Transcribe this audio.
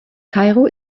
kairo